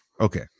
okay